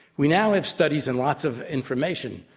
we now have studies and lots of information.